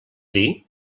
dir